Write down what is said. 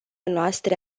noastre